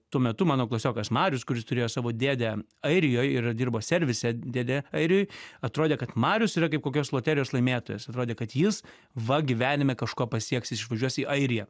tuo metu mano klasiokas marius kuris turėjo savo dėdę airijoj ir dirbo servise dėde airijoj atrodė kad marius yra kaip kokios loterijos laimėtojas atrodė kad jis va gyvenime kažko pasieks jis išvažiuos į airiją